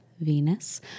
Venus